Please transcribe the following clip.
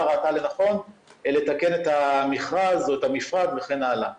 ראתה לנכון לתקן את המכרז או את המפרט וכן הלאה.